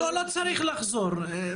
לא צריך לחזור,